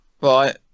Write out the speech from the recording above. Right